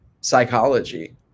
psychology